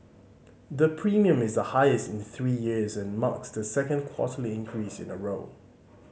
the premium is the highest in three years and marks the second quarterly increase in a row